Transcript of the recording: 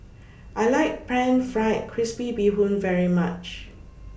I like Pan Fried Crispy Bee Hoon very much